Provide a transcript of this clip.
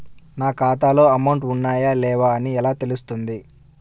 నా ఖాతాలో అమౌంట్ ఉన్నాయా లేవా అని ఎలా తెలుస్తుంది?